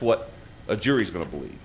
what a jury's going to believe